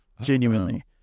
Genuinely